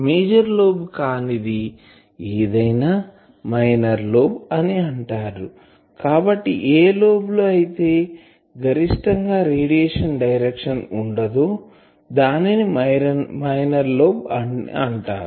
major lobe కానిది ఏదైనా minor lobe అని అంటారు కాబట్టి ఏ లోబ్ లో అయితే గరిష్టం గా రేడియేషన్ డైరెక్షన్ ఉండదో దానిని మైనర్ లోబ్ అని అంటారు